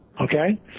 Okay